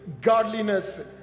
godliness